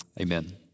Amen